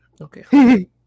Okay